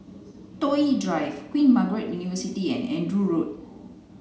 Toh Yi Drive Queen Margaret University and Andrew Road